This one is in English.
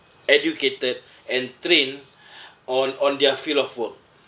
educated and trained on on their field of work